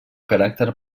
caràcter